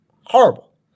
Horrible